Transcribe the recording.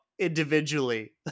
individually